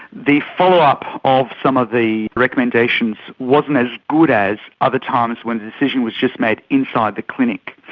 the follow-up of some of the recommendations wasn't as good as other times when the decision was just made inside the clinic.